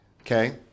Okay